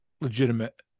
legitimate